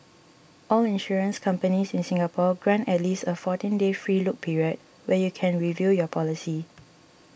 all insurance companies in Singapore grant at least a fourteen day free look period where you can review your policy